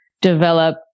develop